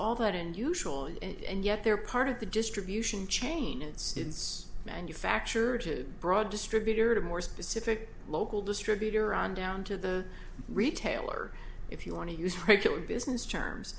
all that unusual and yet they're part of the distribution chain and students manufacture to broad distributor to more specific local distributor on down to the retailer if you want to use regular business